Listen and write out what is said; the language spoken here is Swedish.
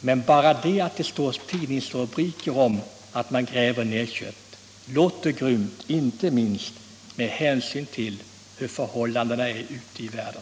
Men bara det att det står i tidningsrubriker att man gräver ned kött låter grymt, inte minst med hänsyn till hur förhållandena är ute i världen.